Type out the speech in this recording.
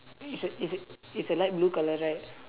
it's a it's a it's a light blue colour right